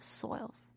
soils